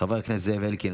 חבר הכנסת זאב אלקין,